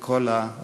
ואת כל האורחים.